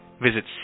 Visit